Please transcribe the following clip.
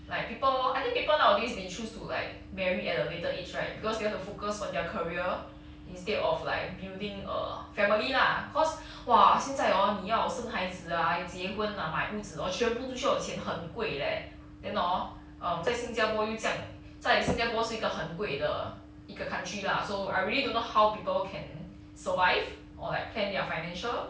like people I think people nowadays they choose to like marry at a later age right because they wanna focus on their career instead of like building a family lah cause !wah! 现在 hor 你要生孩子 ah 结婚 ah 买屋子 orh 全部都需要钱很贵 leh then orh um 在新加坡又酱在新加坡是一个很贵的一个 country lah so I really don't know how people can survive or like plan their financial